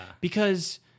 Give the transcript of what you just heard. Because-